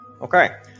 Okay